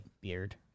Beard